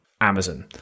Amazon